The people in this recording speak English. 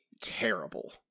terrible